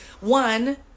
one